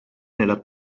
nella